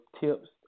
tips